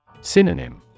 Synonym